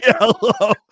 yellow